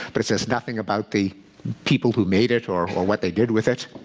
but it says nothing about the people who made it or or what they did with it.